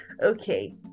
Okay